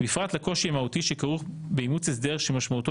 בפרט לקושי המהותי שכרוך באימוץ הסדר שמשמעותו